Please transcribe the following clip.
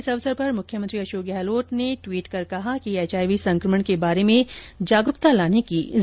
इस अवसर पर मुख्यमंत्री अशोक गहलोत ने ट्वीट कर कहा कि एचआईवी संकमण के बारे में जागरूकता लाने की जरूरत है